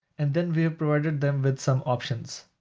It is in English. and then we have provided them with some options.